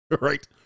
Right